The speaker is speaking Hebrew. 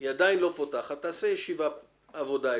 היא עדיין לא פותחת, תעשה ישיבת עבודה אצלה,